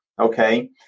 okay